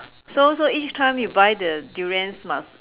so so each time you buy the durians must